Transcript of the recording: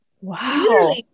wow